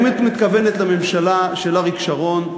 האם את מתכוונת לממשלה של אריק שרון,